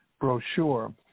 brochure